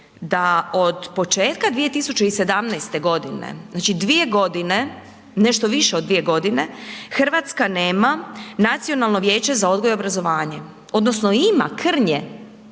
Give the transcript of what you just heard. da od početka 2017. g. znači, dvije godine, nešto više od dvije godine RH nema Nacionalno vijeće za odgoj i obrazovanje odnosno ima krnje,